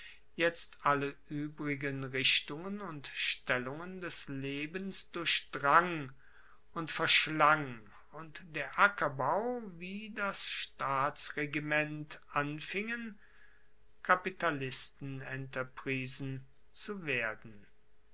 jetzt alle uebrigen richtungen und stellungen des lebens durchdrang und verschlang und der ackerbau wie das staatsregiment anfingen kapitalistenentreprisen zu werden